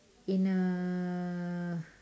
in uh